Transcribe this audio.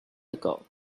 ago